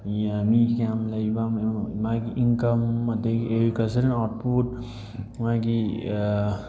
ꯃꯤ ꯀꯌꯥꯝ ꯂꯩꯕ ꯃꯥꯒꯤ ꯏꯟꯀꯝ ꯑꯗꯒꯤ ꯑꯦꯒ꯭ꯔꯤꯀꯜꯆꯔꯦꯜ ꯑꯥꯎꯠꯄꯨꯠ ꯃꯥꯒꯤ